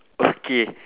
okay